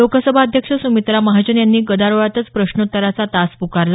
लोकसभा अध्यक्ष सुमित्रा महाजन यांनी गदारोळात प्रश्नोत्तराचा तास पुकारला